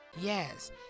yes